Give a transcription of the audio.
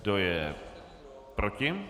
Kdo je proti?